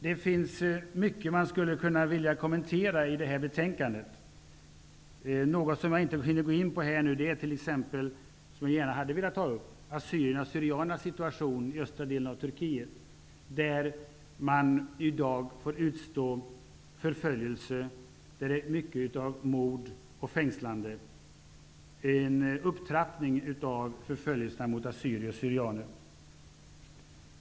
Det finns mycket i detta betänkande som jag skulle vilja kunna kommentera. Något som jag här inte hinner gå in på och som jag gärna hade velat ta upp är t.ex. assyriernas syrianer.